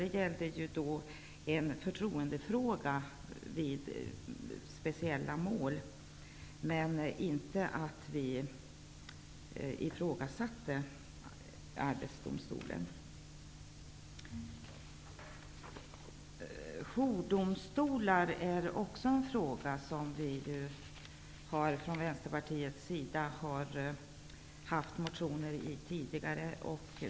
Det gällde en förtroendefråga vid speciella mål, men vi ifrågasatte inte Jourdomstolar är en fråga som vi från Vänsterpartiet har haft motioner om tidigare.